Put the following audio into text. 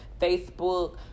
Facebook